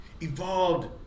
evolved